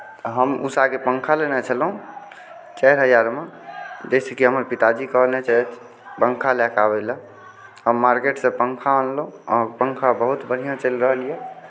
हम उषाके पंखा लेने छलहुँ चारि हजारमे जाहिसँ कि हमर पिताजी कहने छथि पंखा लए कऽ आबै लए हम मार्केट से पंखा अनलहुँ ओ पंखा बहुत बढ़िऑं चलि रहल यऽ